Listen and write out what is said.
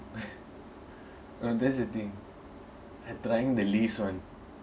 oh that's the thing I trying the least one